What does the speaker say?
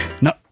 No